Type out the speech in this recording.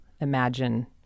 imagine